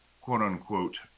quote-unquote